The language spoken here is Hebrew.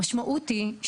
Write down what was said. המשמעות היא,